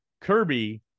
Kirby